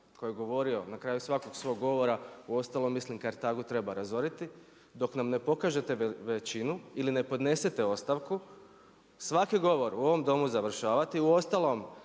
koji je govorio na kraju svakog svog govore, uostalom mislim Kartagu treba razoriti, dok nam ne pokažete većinu ili ne podnesete ostavku svaki govor u ovom Domu završavati, uostalom,